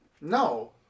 No